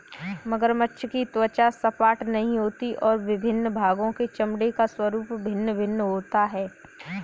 मगरमच्छ की त्वचा सपाट नहीं होती और विभिन्न भागों के चमड़े का स्वरूप भिन्न भिन्न होता है